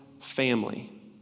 family